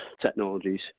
technologies